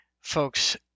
Folks